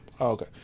Okay